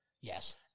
Yes